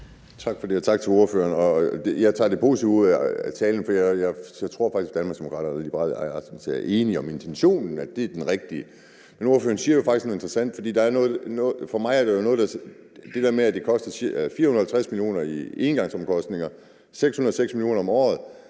Tak for det, og tak til ordføreren. Jeg tager positivt imod talen, for jeg tror faktisk, at Danmarksdemokraterne og Liberal Alliance er enige om, at intentionen er den rigtige. Men ordføreren siger faktisk noget interessant. Der er det der med, at det koster 450 mio. kr. i engangsomkostninger og 606 mio. kr. om året,